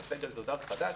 כסגל זוטר חדש,